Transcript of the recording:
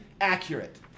accurate